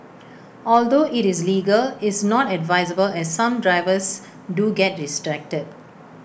although IT is legal is not advisable as some drivers do get distracted